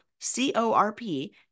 C-O-R-P